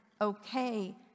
okay